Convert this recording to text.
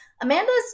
amanda's